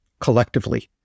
collectively